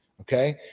Okay